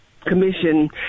commission